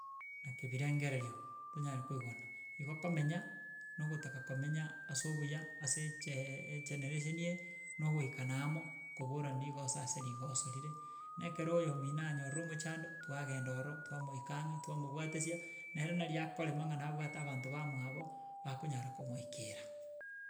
Nakibirengererio tonyare koigwana, igo okomenya na ogotaka komenya ase obuya, ase egeee egeneration eye, na ogoikana amo, koborani rigoso ase rigoso rire, nekere oyo omino anyorire omochando twagenda ororo twamoika ang'e, twamobwatesia nere nari akorema ng'a nabwate abanto ba mwabo bakonyara komoikera.